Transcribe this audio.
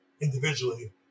individually